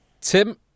Tim